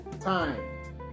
time